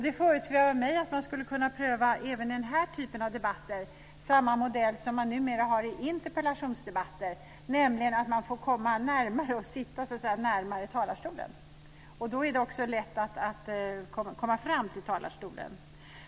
Det föresvävar mig att man skulle kunna pröva samma modell som man numera har i interpellationsdebatter även i den här typen av debatter, dvs. att man får komma närmare och sitta nära talarstolen. Då är det också lätt att komma fram till talarstolen.